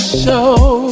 show